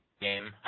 game